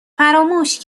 فراموش